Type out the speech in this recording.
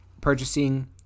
purchasing